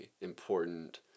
important